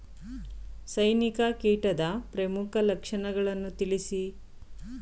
ಸೈನಿಕ ಕೀಟದ ಪ್ರಮುಖ ಲಕ್ಷಣಗಳನ್ನು ತಿಳಿಸಿ?